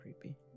creepy